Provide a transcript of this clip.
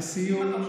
לסיום,